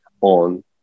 on